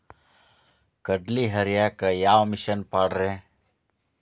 ಕಡ್ಲಿ ಹರಿಯಾಕ ಯಾವ ಮಿಷನ್ ಪಾಡ್ರೇ?